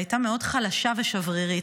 והייתה מאוד חלשה ושברירית.